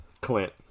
Clint